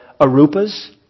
Arupas